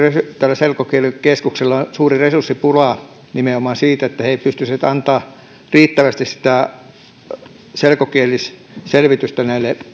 tällä selkokeskuksella on suuri resurssipula nimenomaan siitä että he pystyisivät antamaan riittävästi sitä selkokielistä selvitystä